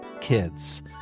kids